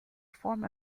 form